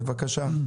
בבקשה.